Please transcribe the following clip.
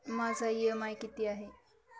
माझा इ.एम.आय किती आहे?